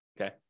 okay